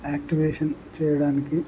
activation చేయడానికి